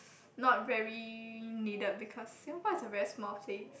not very needed because Singapore is a very small place